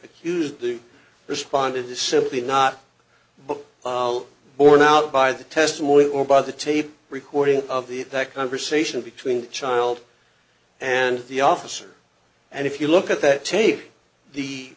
accused the responded is simply not but borne out by the testimony or by the tape recording of the that conversation between the child and the officer and if you look at that tape the